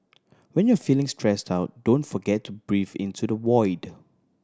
when you are feeling stressed out don't forget to breathe into the void